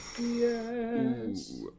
Yes